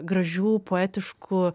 gražių poetiškų